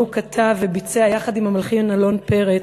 שאותו הוא כתב וביצע יחד עם המלחין אלון פרץ,